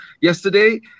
yesterday